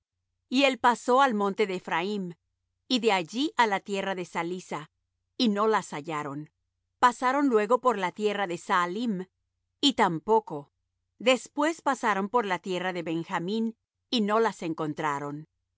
y él pasó al monte de ephraim y de allí á la tierra de salisa y no las hallaron pasaron luego por la tierra de saalim y tampoco después pasaron por la tierra de benjamín y no las encontraron